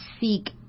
seek